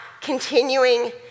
continuing